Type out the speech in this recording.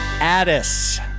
Addis